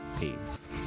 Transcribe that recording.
Peace